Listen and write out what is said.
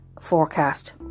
forecast